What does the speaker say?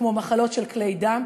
כמו מחלות של כלי דם.